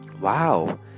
wow